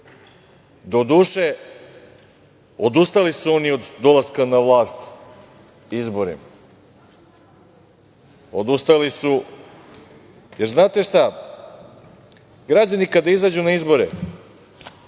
Doduše, odustali su oni od dolaska na vlast izborima. Jer, znate šta, građani kada izađu na izbore